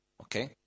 Okay